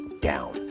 down